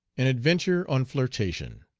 an adventure on flirtation.